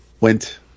went